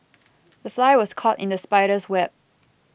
the fly was caught in the spider's web